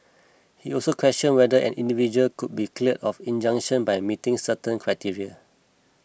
he also question whether an individual could be clear of an injunction by meeting certain criteria